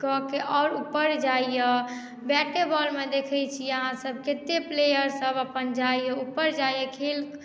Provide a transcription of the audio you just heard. कऽ के आओर ऊपर जाइए बैटे बॉलमे देखैत छी अहाँसभ कतेक प्लेयरसभ जाइए अपन ऊपर जाइए खेल